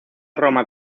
roma